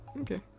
Okay